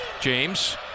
James